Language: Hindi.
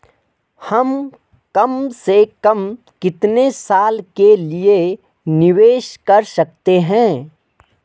हम कम से कम कितने साल के लिए निवेश कर सकते हैं?